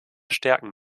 stärken